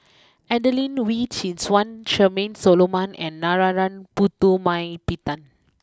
Adelene Wee Chin Suan Charmaine Solomon and Narana Putumaippittan